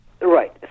Right